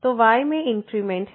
तो y में increment है